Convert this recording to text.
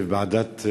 בוועדת,